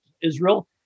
Israel